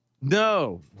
no